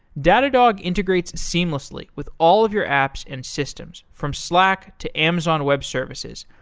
datadog integrates seamlessly with all of your apps and systems from slack, to amazon web services,